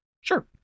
Sure